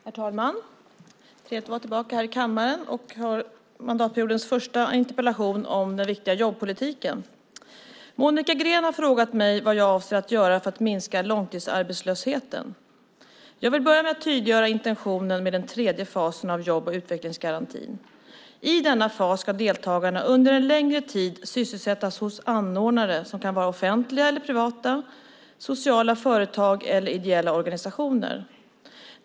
Herr talman! Det är trevligt att vara tillbaka i kammaren och ha mandatperiodens första interpellation om den viktiga jobbpolitiken. Monica Green har frågat mig vad jag avser att göra för att minska långtidsarbetslösheten. Jag vill börja med att tydliggöra intentionen med den tredje fasen av jobb och utvecklingsgarantin. I denna fas ska deltagarna under en längre tid sysselsättas hos anordnare som kan vara offentliga eller privata, sociala företag eller ideella organisationer.